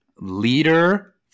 Leader